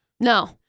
No